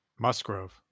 Musgrove